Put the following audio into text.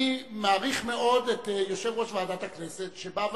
אני מעריך מאוד את יושב-ראש ועדת הכנסת שבא ואמר: